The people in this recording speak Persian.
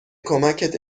کمکت